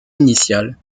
initial